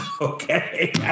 Okay